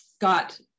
got